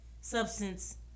substance